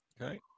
Okay